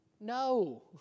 No